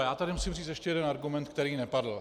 Já tady musím říct ještě jeden argument, který nepadl.